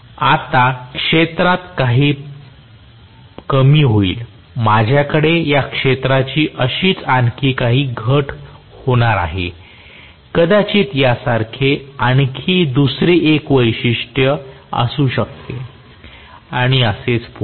आता क्षेत्रात काही कमी होईल माझ्याकडे या क्षेत्राची अशीच आणखी काही घट होणार आहे कदाचित यासारखे आणखी दुसरे एक वैशिष्ट्य असू शकते आणि असेच पुढे